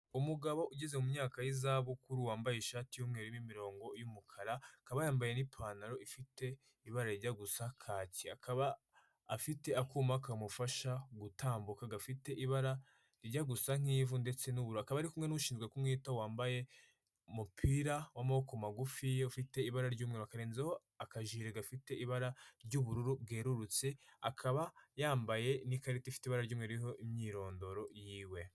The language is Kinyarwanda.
Umugabo ugeze mu myaka y'izabukuru wambaye ishati y'umweru yimirongo y'umukara akaba yambaye n'pantaro ifite ibarajya gusa akaba afite akuma kamufasha gutambuka gafite ibarajya gusa nk'ivu ndetse n' akaba ari kumwe n'shinzwe kumwita wambaye umupira w'amaboko magufi iyo ufite ibara ry'umu akarenrenzeho akajiri gafite ibara ry'ubururu bwerurutse akaba yambaye n'ikarita ifite ibara ry'ibiriho imyirondoro yiwe.